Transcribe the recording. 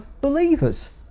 believers